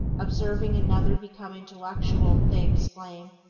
observing another become intellectual, they exclaim,